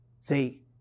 see